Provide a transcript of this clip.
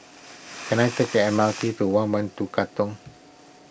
can I take the M R T to one one two Katong